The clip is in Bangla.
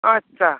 আচ্ছা